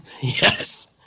Yes